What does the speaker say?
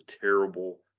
terrible